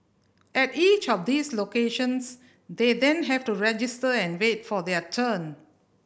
at each of these locations they then have to register and wait for their turn